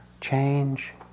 change